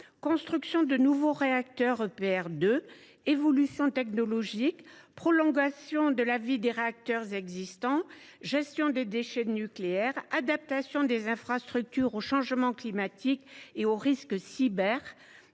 construction de nouveaux réacteurs EPR de seconde génération, évolutions technologiques, prolongation de la vie des réacteurs existants, gestion des déchets nucléaires, adaptation des infrastructures au changement climatique et aux risques cyber,